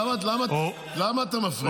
למה אתה מפריע?